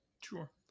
sure